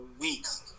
weeks